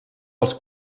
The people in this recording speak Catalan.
els